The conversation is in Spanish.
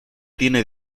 tiene